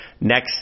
next